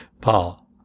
Paul